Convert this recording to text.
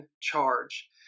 charge